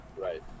Right